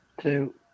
Two